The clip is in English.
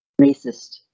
racist